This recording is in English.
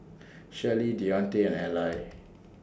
Shirley Deonte and Allie